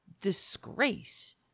disgrace